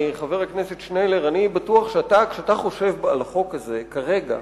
חבר הכנסת שנלר: אני בטוח שכשאתה חושב על החוק הזה כרגע,